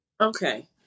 Okay